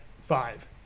five